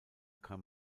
kam